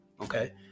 Okay